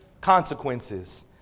consequences